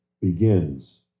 begins